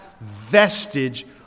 vestige